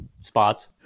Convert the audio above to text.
spots